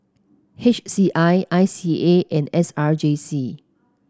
H C I I C A and S R J C